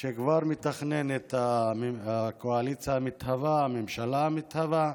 שכבר מתכננת הקואליציה המתהווה, הממשלה המתהווה,